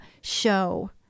show